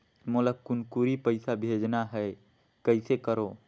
मोला कुनकुरी पइसा भेजना हैं, कइसे करो?